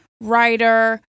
writer